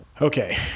Okay